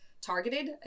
Targeted